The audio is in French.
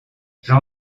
jean